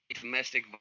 domestic